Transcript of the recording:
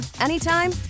anytime